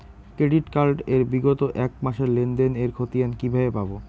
Credit card এর বিগত এক মাসের লেনদেন এর ক্ষতিয়ান কি কিভাবে পাব?